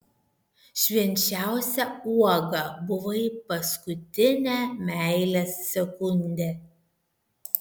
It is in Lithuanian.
švenčiausia uoga buvai paskutinę meilės sekundę